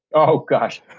oh gosh.